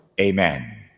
Amen